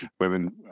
women